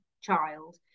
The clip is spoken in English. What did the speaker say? child